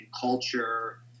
culture